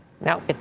No